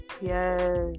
Yes